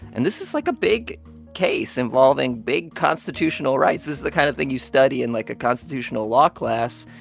and this is, like, a big case involving big constitutional rights. this is the kind of thing you study in, like, a constitutional law class.